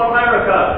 America